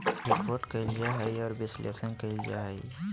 report कइल जा हइ और विश्लेषण कइल जा हइ